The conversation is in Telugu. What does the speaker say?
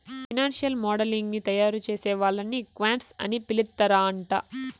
ఫైనాన్సియల్ మోడలింగ్ ని తయారుచేసే వాళ్ళని క్వాంట్స్ అని పిలుత్తరాంట